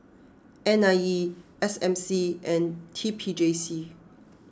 N I E S M C and T P J C